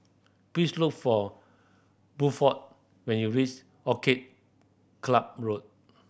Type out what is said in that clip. please look for Buford when you reach Orchid Club Road